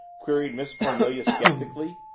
queried miss cornelia skeptically.